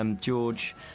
George